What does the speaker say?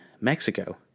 Mexico